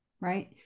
right